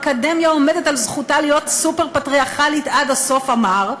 האקדמיה עומדת על זכותה להיות סופר-פטריארכלית עד הסוף המר.